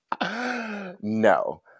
No